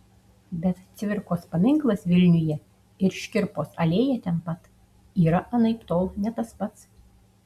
bet cvirkos paminklas vilniuje ir škirpos alėja ten pat yra anaiptol ne tas pats